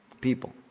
People